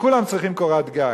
שכולם צריכים קורת גג.